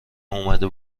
اومده